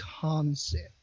concept